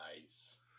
Nice